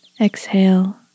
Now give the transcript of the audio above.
Exhale